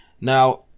Now